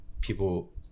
people